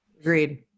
Agreed